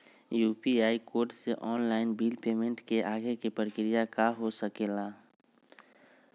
UPI code से online bill payment के आगे के प्रक्रिया का हो सके ला?